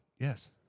Yes